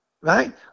Right